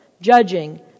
judging